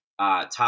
top